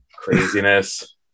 Craziness